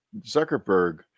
Zuckerberg